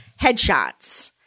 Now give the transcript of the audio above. headshots